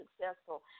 successful